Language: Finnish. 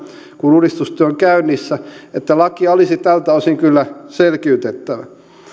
kun uudistustyö on käynnissä että lakia olisi tältä osin kyllä selkiytettävä